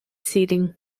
seating